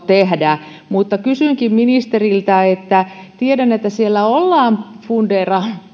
tehdä mutta kysynkin ministeriltä kun tiedän että siellä ollaan